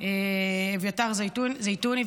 אביתר זיתוני,